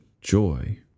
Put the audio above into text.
joy